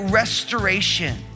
restoration